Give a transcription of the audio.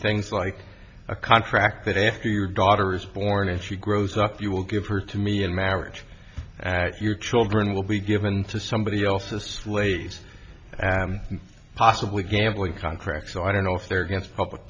things like a contract that after your daughter is born and she grows up you will give her to me in marriage at your children will be given to somebody else's flayed possibly gambling contract so i don't know if they're against public